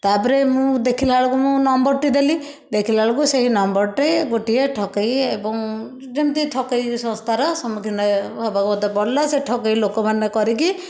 ତାପରେ ମୁଁ ଦେଖିଲା ବେଳକୁ ମୁଁ ନମ୍ବର ଟି ଦେଲି ଦେଖିଲା ବେଳକୁ ସେଇ ନମ୍ବରଟି ଗୋଟିଏ ଠକେଇ ଏବଂ ଯେମିତି ଠକେଇ ସଂସ୍ଥାର ସମମୁଖିନ ହେବାକୁ ମୋତେ ପଡ଼ିଲା ଠକେଇ ଲୋକମାନେ କରିକି